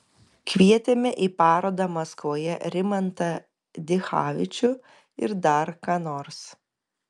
kvietėme į parodą maskvoje rimantą dichavičių ir dar ką nors